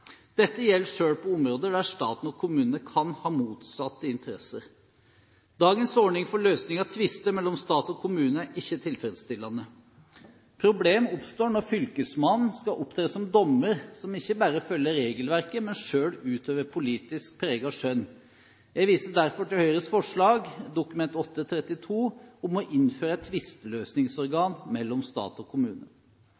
Dette gjelder selv på områder der staten og kommunene kan ha motsatte interesser. Dagens ordning for løsning av tvister mellom stat og kommune er ikke tilfredsstillende. Problemer oppstår når Fylkesmannen skal opptre som dommer som ikke bare følger regelverket, men selv utøver politisk preget skjønn. Jeg viser derfor til Høyres forslag, Dokument 8:32 for 2011–2012, om å innføre